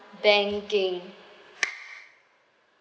banking